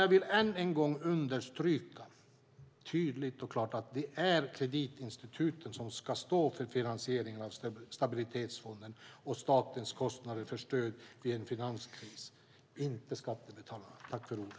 Jag vill än en gång understryka, tydligt och klart, att det är kreditinstituten som ska stå för finansieringen av Stabilitetsfonden och statens kostnader för stöd vid en finanskris, inte skattebetalarna.